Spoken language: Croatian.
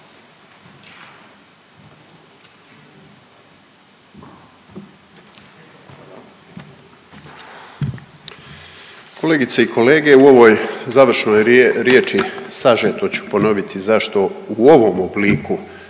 Kolegice i kolege, u ovoj završnoj riječi sažeto ću ponoviti zašto u ovom obliku